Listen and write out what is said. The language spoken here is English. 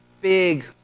big